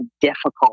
difficult